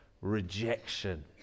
rejection